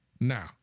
Now